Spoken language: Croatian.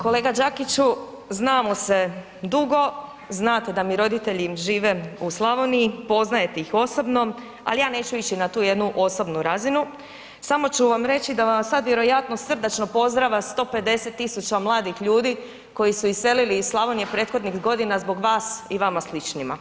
Kolega Đakiću, znalo se dugo, znate da mi roditelji žive u Slavoniji poznajete ih osobno, ali ja neću ići na tu jednu osobnu razinu, samo ću vam reći da vas sad vjerojatno srdačno pozdravlja 150.000 mladih ljudi koji su iselili iz Slavonije prethodnih godina zbog vas i vama sličnima.